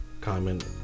comment